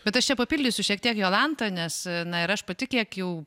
bet aš čia papildysiu šiek tiek jolantą nes na ir aš pati kiek jau